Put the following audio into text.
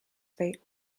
fate